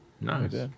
nice